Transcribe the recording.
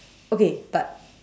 okay but